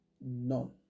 none